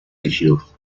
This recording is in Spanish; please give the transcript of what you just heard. rígidos